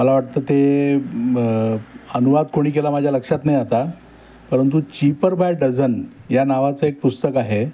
मला वाटतं ते अनुवाद कोणी केला माझ्या लक्षात नाही आता परंतु चीपर बाय डझन या नावाचं एक पुस्तक आहे